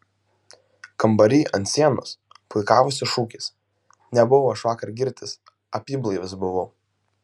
kambary ant sienos puikavosi šūkis nebuvau aš vakar girtas apyblaivis buvau